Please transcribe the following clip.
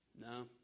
No